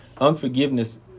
Unforgiveness